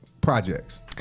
projects